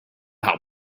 how